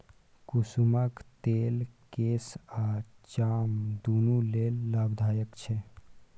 कुसुमक तेल केस आ चाम दुनु लेल लाभदायक छै